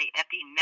epi